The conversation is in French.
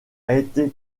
été